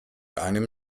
einem